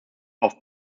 auf